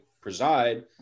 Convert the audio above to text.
preside